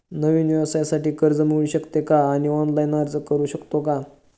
नवीन व्यवसायासाठी कर्ज मिळू शकते का आणि ऑनलाइन अर्ज करू शकतो का?